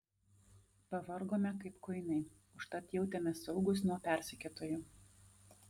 pavargome kaip kuinai užtat jautėmės saugūs nuo persekiotojų